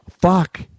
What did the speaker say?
Fuck